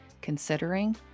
considering